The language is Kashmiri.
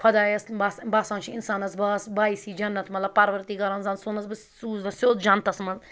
خۄدایَس بَس باسان چھِ اِنسانَس باس باعثِ جنت مطلب پَروَردِگارَن زَن سوٗزنَس بہٕ سوٗزنَس سیوٚد جَنتَس منٛز